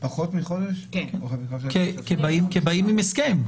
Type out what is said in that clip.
פחות מחודש כי באים עם הסכם.